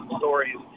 stories